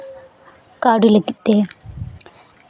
ᱠᱟᱹᱣᱰᱤ ᱞᱟᱹᱜᱤᱫ ᱛᱮ